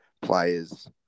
players